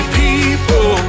people